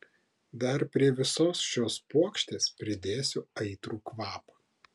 dar prie visos šios puokštės pridėsiu aitrų kvapą